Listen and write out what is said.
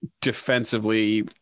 defensively